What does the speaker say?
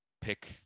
pick